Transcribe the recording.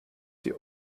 sie